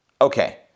Okay